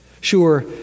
Sure